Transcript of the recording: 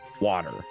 water